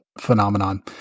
phenomenon